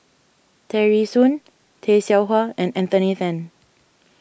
Tear Ee Soon Tay Seow Huah and Anthony then